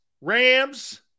Rams